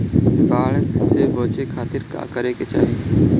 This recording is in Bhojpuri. बाढ़ से बचे खातिर का करे के चाहीं?